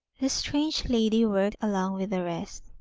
the strange lady worked along with the rest,